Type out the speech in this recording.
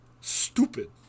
stupid